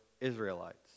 Israelites